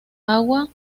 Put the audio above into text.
agua